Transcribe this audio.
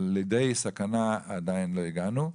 אבל לידי סכנה עדיין לא הגענו.